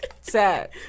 Sad